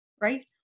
Right